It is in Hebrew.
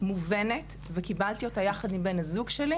מובנת וקיבלתי אותה יחד עם בן הזוג שלי